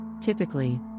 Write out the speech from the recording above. Typically